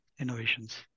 innovations